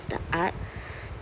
the art